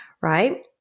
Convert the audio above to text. right